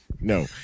No